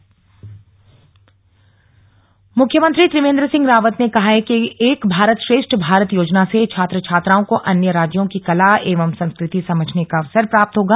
एक भारत श्रेष्ठ भारत मुख्यमंत्री त्रिवेंद्र सिंह रावत ने कहा है कि एक भारत श्रेष्ठ भारत योजना से छात्र छात्राओं को अन्य राज्यों की कला एवं संस्कृति समझने का अवसर प्राप्त होगा